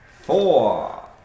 Four